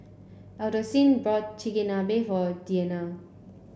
Alphonsine bought Chigenabe for Deanna